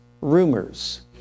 rumors